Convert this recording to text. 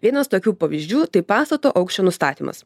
vienas tokių pavyzdžių tai pastato aukščio nustatymas